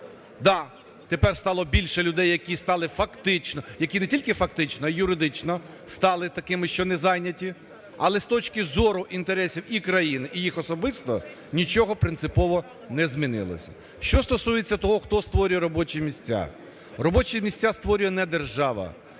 Да, тепер стало більше людей, які стали фактично… які не тільки фактично, а й юридично стали такими, що не зайняті. Але з точки зору інтересів і країни, і їх особисто нічого принципово не змінилося. Що стосується того, хто створює робочі місця. Робочі місця створює не держава.